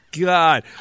God